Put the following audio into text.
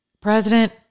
President